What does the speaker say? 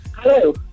Hello